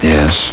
Yes